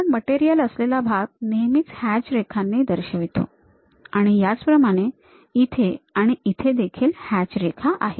आपण मटेरियल असलेला भाग नेहमीच हॅच रेखांनी दर्शवितो आणि याचप्रमाणे इथे आणि इथे देखील हॅच रेखा आहेत